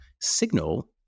Signal